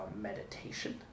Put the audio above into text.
meditation